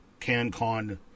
CanCon